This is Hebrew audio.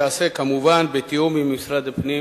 שייעשה כמובן בתיאום עם משרד הפנים,